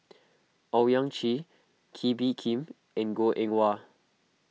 Owyang Chi Kee Bee Khim and Goh Eng Wah